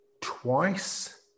twice